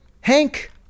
Hank